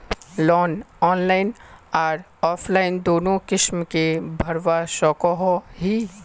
Loan online आर offline दोनों किसम के भरवा सकोहो ही?